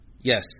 Yes